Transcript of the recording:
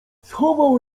schował